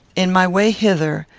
in my way hither,